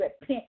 repent